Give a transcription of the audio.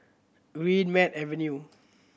Greenmead Avenue